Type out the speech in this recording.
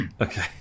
Okay